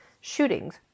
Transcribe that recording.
shootings